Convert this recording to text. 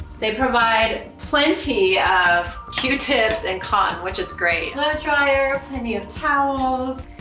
they provide plenty of q-tips and cotton which is great. blow dryer, plenty of towels.